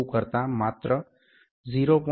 90 કરતા માત્ર 0